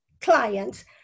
clients